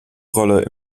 rolle